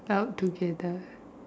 out together